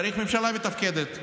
צריך ממשלה מתפקדת.